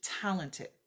talented